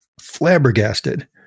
flabbergasted